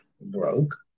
broke